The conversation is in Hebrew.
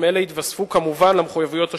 אלה יתווספו כמובן למחויבויות השוטפות,